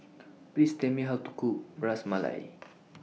Please Tell Me How to Cook Ras Malai